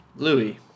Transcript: Louis